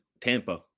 Tampa